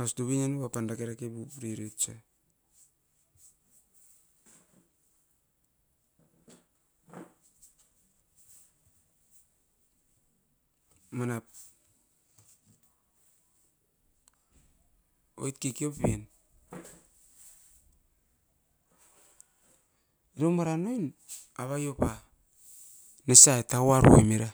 Aus dovin apan dake dake pure vait osa, manap oit kekeo pen. Iromara nanoin avai iopa? Nesai tau arom era